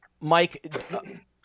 Mike